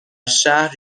شهر